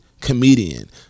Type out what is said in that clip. comedian